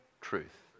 truth